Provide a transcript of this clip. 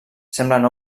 semblen